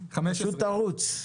פשוט תרוץ.